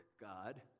God